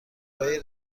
های